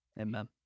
Amen